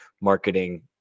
marketing